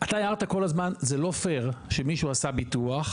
אתה הערת כל הזמן שזה לא פייר שמישהו עשה ביטוח